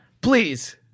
Please